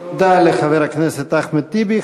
תודה לחבר הכנסת אחמד טיבי.